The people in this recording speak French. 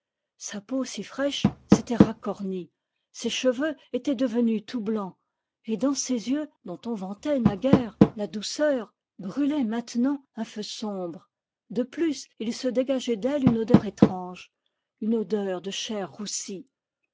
sa peau si fraîche s'était racornie ses cheveux étaient devenus tout blancs et dans ses yeux dont on vantait naguère la douceur brûlait maintenant un feu sombre de plus il se dégageait d'elle une odeur étrange une odeur de chair roussie